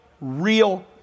real